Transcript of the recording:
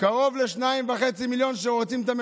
ועוד שניים וחצי מיליון שלא רוצים.